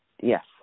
Yes